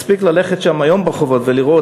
מספיק ללכת שם היום ברחובות ולראות,